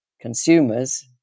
Consumers